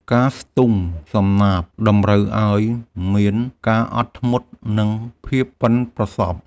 ការស្ទូងសំណាបតម្រូវឱ្យមានការអត់ធ្មត់ និងភាពប៉ិនប្រសប់។